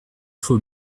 faut